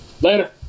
Later